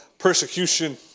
persecution